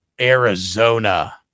Arizona